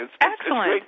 Excellent